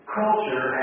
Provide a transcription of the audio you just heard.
culture